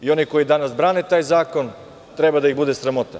Oni koji danas brane ovaj zakon treba da ih bude sramota.